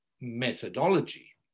methodology